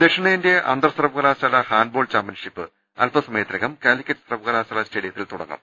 ദക്ഷിണേന്ത്യാ അന്തർസർവകലാശാല handball championship അൽപ്പസമയത്തിനകം കാലിക്കറ്റ് സർവകലാശാല സ്റ്റേഡിയത്തിൽ തുടങ്ങും